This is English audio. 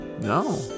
No